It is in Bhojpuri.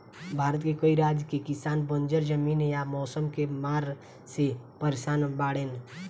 भारत के कई राज के किसान बंजर जमीन या मौसम के मार से परेसान बाड़ेन